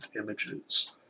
images